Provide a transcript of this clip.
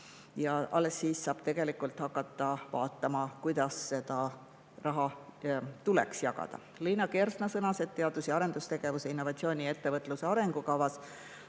alles siis saab hakata vaatama, kuidas seda raha tuleks jagada. Liina Kersna sõnas, et teadus- ja arendustegevuse, innovatsiooni ning ettevõtluse arengukavas